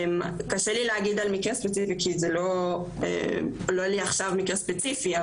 קשה לי להגיד על מקרה ספציפי כי לא עולה לי עכשיו מקרה ספציפי.